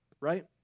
right